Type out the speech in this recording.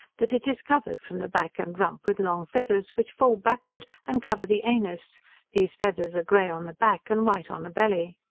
that it is covered from the back and rump with long feathers, which fall backward, and cover the anus these feathers are grey on the back, and white on the belly.